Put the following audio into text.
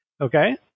Okay